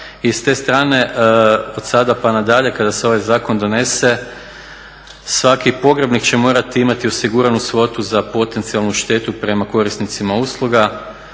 i s te strane od sada pa nadalje kada se ovaj zakon donese svaki pogrebnik će morati imati osiguranu svotu za potencijalnu štetu prema korisnicima usluga.